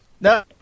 No